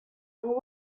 and